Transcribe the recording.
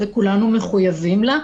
וכולנו מחויבים לה,